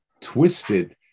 twisted